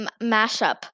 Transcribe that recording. Mashup